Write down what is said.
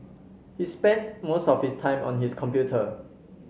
he spent most of his time on his computer